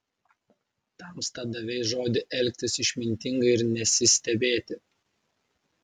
tamsta davei žodį elgtis išmintingai ir nesistebėti